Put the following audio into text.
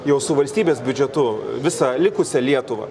jau su valstybės biudžetu visą likusią lietuvą